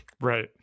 Right